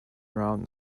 around